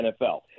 NFL